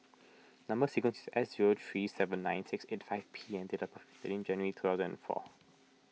Number Sequence is S zero three seven nine six eight five P and date of birth is thirteen January two thousand and four